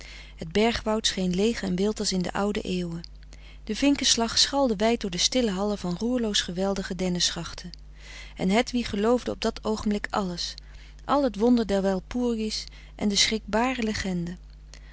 het bergwoud scheen leeg en wild als in de oude eeuwen de vinkenslag schalde wijd door de stille hallen van roerloos geweldige denneschachten en hedwig geloofde op dat oogenblik alles al het wonder der walpurgis en de schrikbare